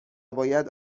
باید